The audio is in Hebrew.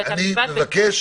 אני מבקש